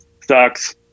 sucks